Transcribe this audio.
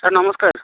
sir ନମସ୍କାର